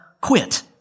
Quit